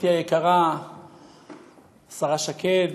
חברתי היקרה השרה שקד,